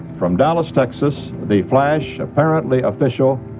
from dallas, texas, the flash apparently official,